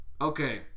Okay